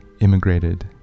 immigrated